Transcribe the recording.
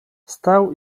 stał